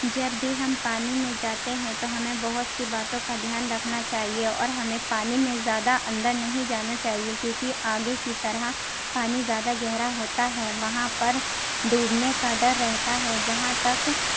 جب بھی ہم پانی میں جاتے ہیں تو ہمیں بہت سی باتوں کا دھیان رکھنا چاہیے اور ہمیں پانی میں زیادہ اندر نہیں جانا چاہیے کیونکہ آگے کی طرح پانی زیادہ گہرا ہوتا ہے وہاں پر ڈوبنے کا ڈر رہتا ہے جہاں تک